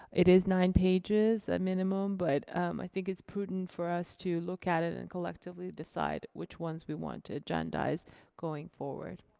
it is nine pages at ah minimum, but i think it's prudent for us to look at it and collectively decide which ones we want to agendize going forward.